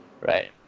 right